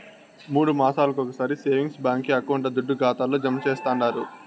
మూడు మాసాలొకొకసారి సేవింగ్స్ బాంకీ అకౌంట్ల దుడ్డు ఖాతాల్లో జమా చేస్తండారు